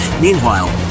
Meanwhile